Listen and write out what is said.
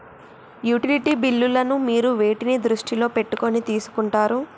Utility బిల్లులను మీరు వేటిని దృష్టిలో పెట్టుకొని తీసుకుంటారు?